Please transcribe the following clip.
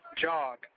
Jog